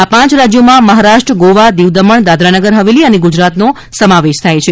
આ પાંચ રાજ્યોમાં મહારાષ્ટ્ર ગોવા દીવ દમણ દાદરાનગર હવેલી અને ગુજરાતનો સમાવેશ થાય છે